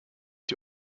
die